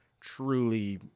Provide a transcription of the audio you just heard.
truly